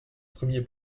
premier